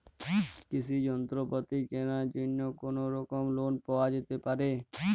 কৃষিযন্ত্রপাতি কেনার জন্য কোনোরকম লোন পাওয়া যেতে পারে?